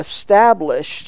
established